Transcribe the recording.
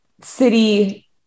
city